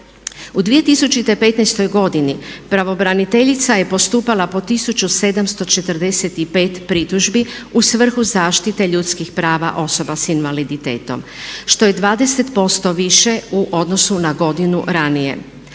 U 2015. godini pravobraniteljica je postupala po 1745 pritužbi u svrhu zaštite ljudskih prava osoba sa invaliditetom što je 20% više u odnosu na godinu ranije.